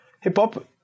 hip-hop